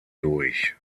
durch